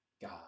God